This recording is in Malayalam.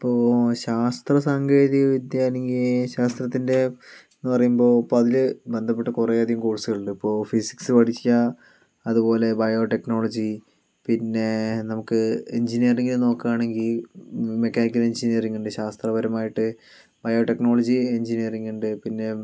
ഇപ്പോൾ ശാസ്ത്ര സാങ്കേതിക വിദ്യ അല്ലെങ്കിൽ ശാസ്ത്രത്തിൻ്റെ എന്ന് പറയുമ്പോൾ ഇപ്പം അതിൽ ബന്ധപ്പെട്ട് കുറേ അധികം കോഴ്സുകളുണ്ട് ഇപ്പോൾ ഫിസിക്സ് പരീക്ഷാ അത്പോലെ ബയോ ടെക്നോളജി പിന്നേ നമുക്ക് എഞ്ചിനീയറിങ്ങിൽ നോക്കുകയാണെങ്കിൽ മ് മെക്കാനിക്കൽ എഞ്ചിനീയറിങ്ങുണ്ട് ശാസ്ത്രപരമായിട്ട് ബയോ ടെക്നോളജി എഞ്ചിനീയറിങ്ങുണ്ട് പിന്നേ